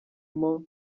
moore